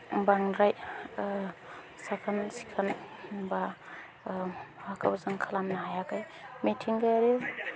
बांद्राय साखोन सिखोन बा माबाखौ जों खालामनो हायाखै मिथिंगायारि